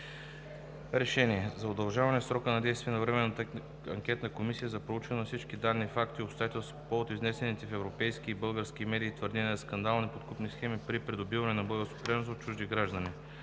„РЕШЕНИЕ за удължаване срока на действие на Временната анкетна комисия за проучване на всички данни, факти и обстоятелства по повод изнесените в европейски и български медии твърдения за скандална подкупна схема при придобиване на българско гражданство от чужди граждани